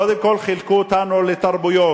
קודם כול, חילקו אותנו לתרבויות,